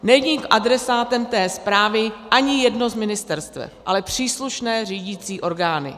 Není adresátem té zprávy ani jedno z ministerstev, ale příslušné řídící orgány.